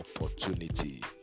opportunity